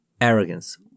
arrogance